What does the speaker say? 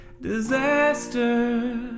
disaster